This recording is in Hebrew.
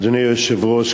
אדוני היושב-ראש,